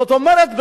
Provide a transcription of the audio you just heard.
זאת אומרת,